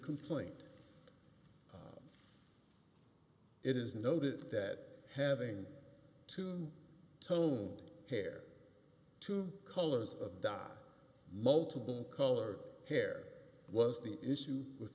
complaint it is noted that having two tone hair two colors of dot multiple color hair was the issue with